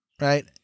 right